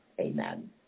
amen